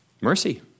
Mercy